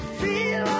feel